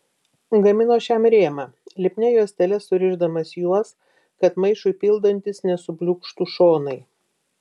gamino šiam rėmą lipnia juostele surišdamas juos kad maišui pildantis nesubliūkštų šonai